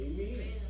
Amen